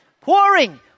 pouring